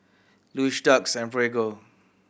Lush Doux and Prego